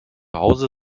hause